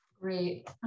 great